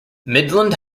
midland